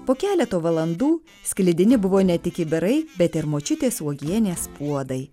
po keleto valandų sklidini buvo ne tik kibirai bet ir močiutės uogienės puodai